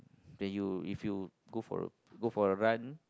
then you if you go for a go for a run